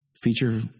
feature